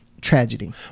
tragedy